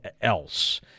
else